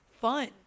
fun